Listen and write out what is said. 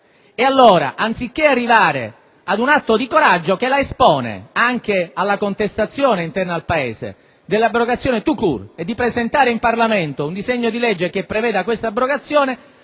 Allora, anziché arrivare ad un atto di coraggio che la espone anche alla contestazione interna al Paese, cioè all'abrogazione *tout court* e alla presentazione in Parlamento di un disegno di legge che preveda tale abrogazione,